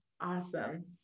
Awesome